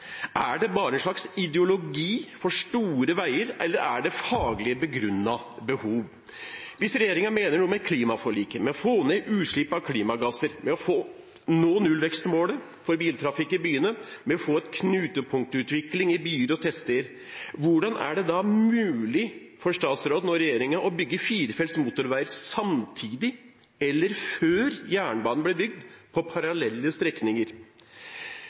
Er det bare en slags ideologi for store veier, eller er det faglig begrunnede behov? Hvis regjeringen mener noe med klimaforliket, med å få ned utslippet av klimagasser, med å nå nullvekstmålet for biltrafikk i byene, med å få en knutepunktutvikling i byer og tettsteder, hvordan er det da mulig for statsråden og regjeringen å bygge firefelts motorveier samtidig eller før jernbane blir bygd på parallelle strekninger?